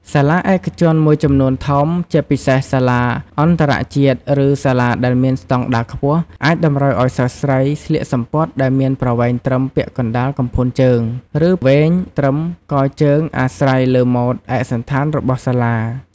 សាលាឯកជនមួយចំនួនធំ ជាពិសេសសាលាអន្តរជាតិ ឬសាលាដែលមានស្តង់ដារខ្ពស់ អាចតម្រូវឱ្យសិស្សស្រីស្លៀកសំពត់ដែលមានប្រវែងត្រឹមពាក់កណ្ដាលកំភួនជើង ឬវែងត្រឹមកជើងអាស្រ័យលើម៉ូដឯកសណ្ឋានរបស់សាលា។